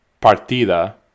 Partida